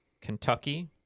Kentucky